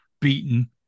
beaten